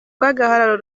rw’agahararo